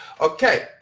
okay